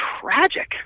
tragic